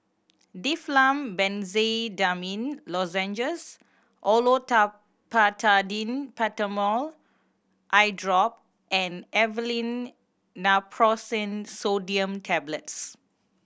Difflam Benzydamine Lozenges Olopatadine Patanol Eyedrop and Aleve Naproxen Sodium Tablets